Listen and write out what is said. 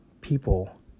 people